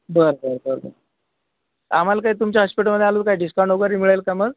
बरं बरं बरं बरं आम्हाला काय तुमच्या हॉश्पिटलमध्ये आलो काय डिस्काउंट वगैरे मिळेल का मग